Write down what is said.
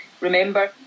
remember